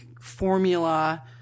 formula